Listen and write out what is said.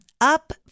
Up